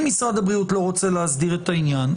אם משרד הבריאות לא רוצה להסדיר את העניין,